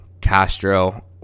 Castro